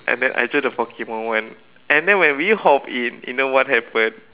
and then I choose the Pokemon one and then when we hopped in you know what happened